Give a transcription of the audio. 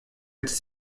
этой